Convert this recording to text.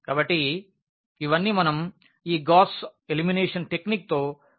కాబట్టి ఇవన్నీ మనం ఈ గాస్ ఎలిమినేషన్ టెక్నిక్తో గుర్తించవచ్చు